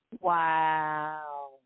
Wow